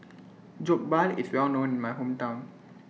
Jokbal IS Well known in My Hometown